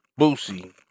Boosie